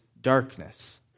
darkness